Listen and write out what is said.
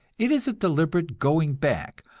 it is a deliberate going back,